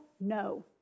No